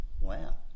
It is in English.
wow